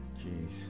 jeez